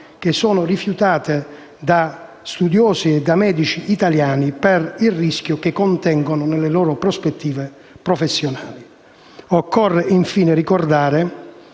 che sono rifiutate da studiosi e medici italiani per il rischio che contengono nelle loro prospettive professionali. Occorre, infine, ricordare